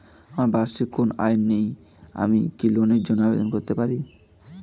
আমার বার্ষিক কোন আয় নেই আমি কি লোনের জন্য আবেদন করতে পারি?